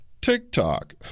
TikTok